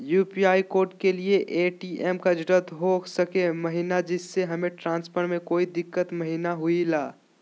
UPI code के लिए ATM का जरूरी हो सके महिना जिससे हमें ट्रांजैक्शन में कोई दिक्कत महिना हुई ला?